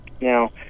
Now